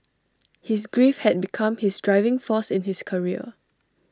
his grief had become his driving force in his career